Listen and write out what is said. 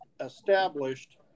established